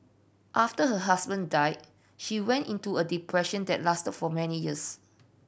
after her husband died she went into a depression that lasted for many years